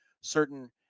certain